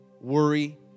Worry